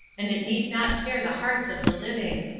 and it need not tear the hearts of the living.